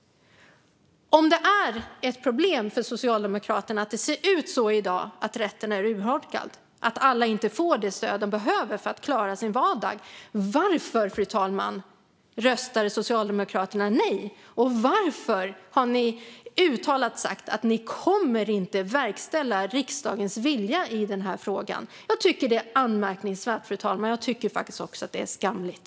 Om det är ett problem för Socialdemokraterna att det ser ut som det gör i dag - att rätten är urholkad och att alla inte får det stöd de behöver för att klara sin vardag - varför röstade Socialdemokraterna då nej? Och varför, Mikael Dahlqvist, har ni uttalat att ni inte kommer att verkställa riksdagens vilja i denna fråga? Jag tycker att det är anmärkningsvärt, fru talman. Jag tycker faktiskt också att det är skamligt.